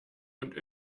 und